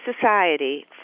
society